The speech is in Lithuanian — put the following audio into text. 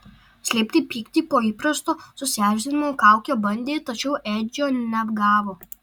slėpti pyktį po įprasto susierzinimo kauke bandė tačiau edžio neapgavo